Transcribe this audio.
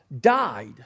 died